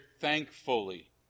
thankfully